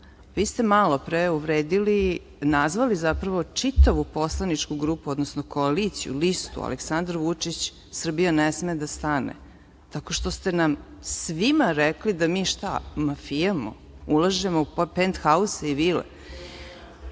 ste malopre uvredili, nazvali zapravo čitavu poslaničku grupu, odnosno koaliciju, listu Aleksandar Vučić – Srbija ne sme da stane, tako što ste nam svima rekli da mi, šta, mafijamo, ulažemo u penthause i vile.